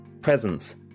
presence